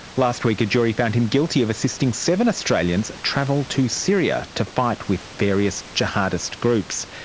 last week a jury found him guilty of assisting seven australians travel to syria to fight with various jihadist groups.